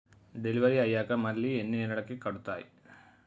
Delivery అయ్యాక మళ్ళీ ఎన్ని నెలలకి కడుతాయి?